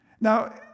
Now